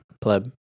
Pleb